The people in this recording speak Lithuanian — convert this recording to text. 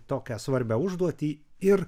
tokią svarbią užduotį ir